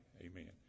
Amen